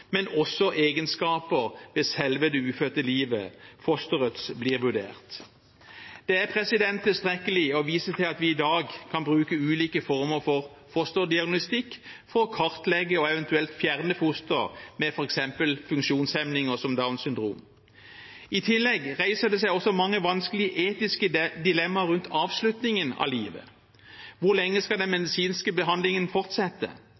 også egenskaper ved selve det ufødte livet, fosteret, blir vurdert. Det er tilstrekkelig å vise til at vi i dag kan bruke ulike former for fosterdiagnostikk for å kartlegge og eventuelt fjerne fostre med f.eks. funksjonshemninger som Downs syndrom. I tillegg reiser det seg mange vanskelige etiske dilemmaer rundt avslutningen av livet. Hvor lenge skal den medisinske behandlingen fortsette?